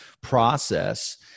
process